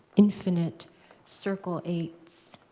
infinite circle eights.